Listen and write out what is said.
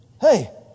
hey